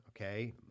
Okay